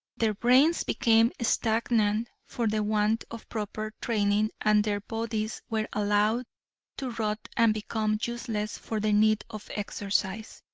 their brains became stagnant for the want of proper training and their bodies were allowed to rot and become useless for the need of exercise.